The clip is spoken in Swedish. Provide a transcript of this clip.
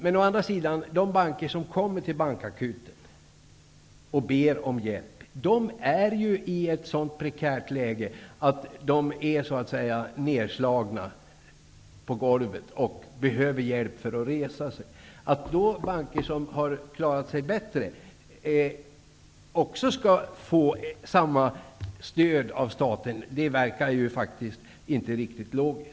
Men de banker som kommer till bankakuten och ber om hjälp är ju i ett sådant prekärt läge att de är så att säga nedslagna på golvet och behöver hjälp för att resa sig. Att banker som har klarat sig bättre då skall få samma stöd av staten, verkar inte riktigt logiskt.